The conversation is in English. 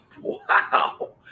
Wow